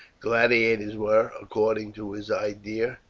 gladiators were, according to his idea,